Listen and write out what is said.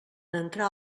entrar